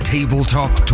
Tabletop